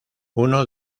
uno